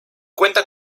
cuenta